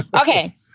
Okay